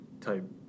type